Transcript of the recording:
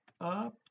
up